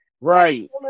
Right